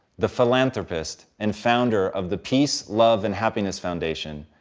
the philanthropist and founder of the peace, love and happiness foundation,